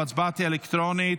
וההצבעה תהיה אלקטרונית.